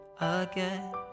again